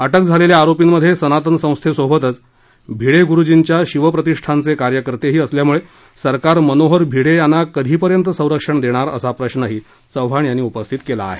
अटक झालेल्या आरोपींमध्ये सनातन संस्थेसोबतच भिडेगुरूजींच्या शिवप्रतिष्ठानचे कार्यकर्तेही असल्यामुळे सरकार मनोहर भिडे यांना कधीपर्यंत संरक्षण देणार असा प्रश्रही चव्हाण यांनी उपस्थित केला आहे